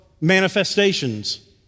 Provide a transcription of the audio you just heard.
manifestations